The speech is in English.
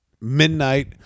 midnight